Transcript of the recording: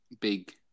big